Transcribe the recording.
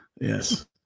Yes